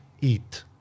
eat